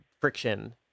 friction